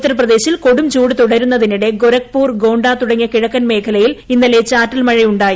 ഉത്തർപ്രദേശിൽ കൊടുംചൂട് തുടരുന്നതിനിടെ ഗോരഖ്പൂർ ഗോണ്ട തുടങ്ങിയ കിഴക്കൻ മേഖലയിൽ ഇന്നലെ ചാറ്റൽ മഴ ഉണ്ടായി